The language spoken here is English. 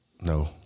No